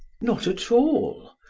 not at all.